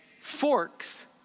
forks